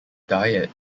diet